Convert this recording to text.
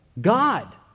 God